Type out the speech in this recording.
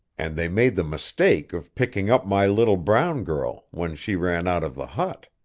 and they made the mistake of picking up my little brown girl, when she ran out of the hut.